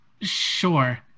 Sure